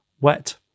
Wet